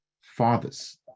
fathers